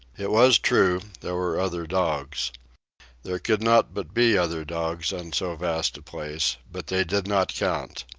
it was true, there were other dogs there could not but be other dogs on so vast a place, but they did not count.